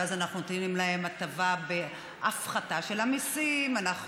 ואז אנחנו נותנים להם הטבה בהפחתה של המיסים אנחנו